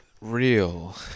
real